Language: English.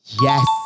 Yes